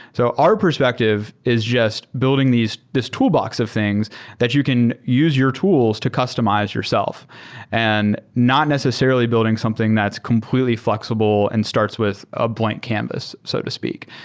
so our perspective is just building this toolbox of things that you can use your tools to customize yourself and not necessarily building something that's completely flexible and starts with a blank canvas so to speak.